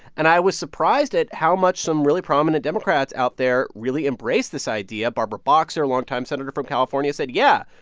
and i was surprised at how much some really prominent democrats out there really embrace this idea. barbara boxer, a longtime senator from california, said, yeah,